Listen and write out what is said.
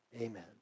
Amen